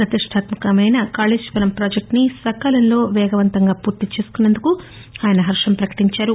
ప్రతిష్టాత్మ కమైన కాళేశ్వరం ప్రాజెక్టుని సకాలంలో పేగవంతంగా అపూర్తి చేస్తున్న ందుకు ఆయన హర్వం ప్రకటించారు